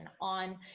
on